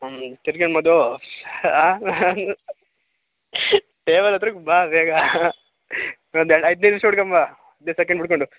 ಹಾಂ ತಿರ್ಗೇನು ಮದು ಹಾಂ ಟೇಬಲ್ ಹತ್ರಕ್ ಬಾ ಬೇಗ ಇನ್ನೊಂದು ಎರಡು ಐದು ನಿಮ್ಷ ಬುಟ್ಕಂಡ್ ಬಾ ಹದಿನೈದು ಸೆಕೆಂಡ್ ಬಿಟ್ಕೊಂಡು